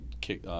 kick